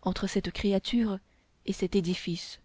entre cette créature et cet édifice